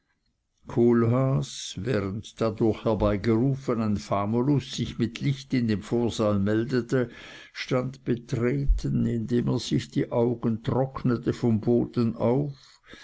kohlhaas während dadurch herbeigerufen ein famulus sich mit licht in dem vorsaal meldete stand betreten indem er sich die augen trocknete vom boden auf